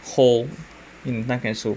hold in time capsule